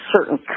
certain